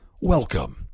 Welcome